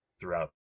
throughout